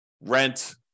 rent